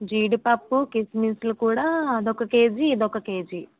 జీడిపప్పు కిస్మిస్లు కూడా అది ఒక కేజీ ఇది ఒక కేజీ